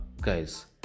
guys